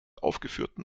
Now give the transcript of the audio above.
aufgeführten